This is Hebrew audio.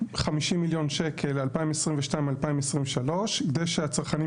50 מיליון שקל ל-2022 2023 כדי שהצרכנים